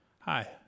Hi